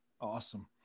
Awesome